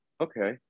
Okay